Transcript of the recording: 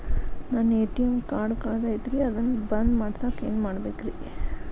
ನನ್ನ ATM card ಕಳದೈತ್ರಿ ಅದನ್ನ ಬಂದ್ ಮಾಡಸಾಕ್ ಏನ್ ಮಾಡ್ಬೇಕ್ರಿ?